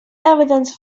evidence